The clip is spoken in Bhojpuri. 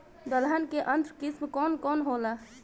दलहन के उन्नत किस्म कौन कौनहोला?